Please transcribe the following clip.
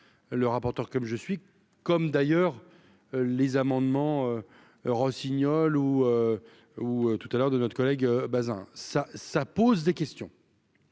le rapporteur, comme je suis, comme d'ailleurs les amendements Rossignol ou ou tout à l'heure de notre collègue Bazin, ça, ça pose des questions,